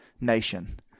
nation